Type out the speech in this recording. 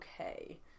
okay